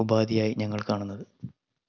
ഉപാധിയായി ഞങ്ങൾ കാണുന്നത്